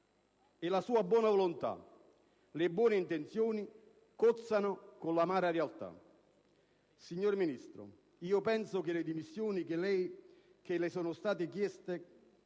e la sua buona volontà, le buone intenzioni cozzano con l'amara realtà. Signor Ministro, io penso che le dimissioni che le sono state chieste